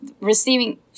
receiving